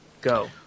Go